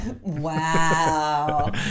Wow